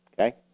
okay